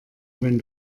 wenn